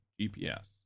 GPS